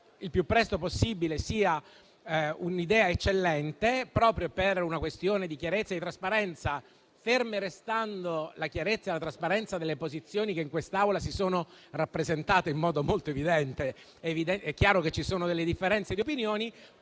il più presto possibile, sia un'idea eccellente, proprio per una questione di chiarezza e di trasparenza, ferme restando la chiarezza e la trasparenza delle posizioni che in quest'Aula sono state rappresentate in modo molto evidente (è chiaro che ci sono delle differenze di opinione).